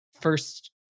first